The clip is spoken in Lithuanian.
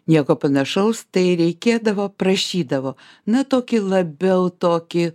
nieko panašaus tai reikėdavo prašydavo na tokį labiau tokį